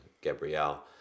Gabrielle